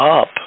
up